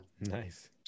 Nice